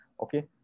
Okay